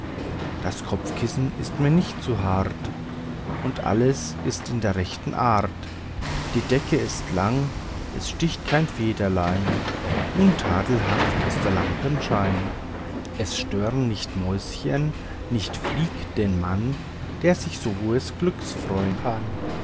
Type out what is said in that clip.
das kopfkissenchen ist mir nicht zu hart und alles ist in der rechten art die decke ist lang es sticht kein federlein untadelhaft ist der lampe schein es stören nicht mäuschen nicht flieg den mann der sich so hohen glücks freuen kann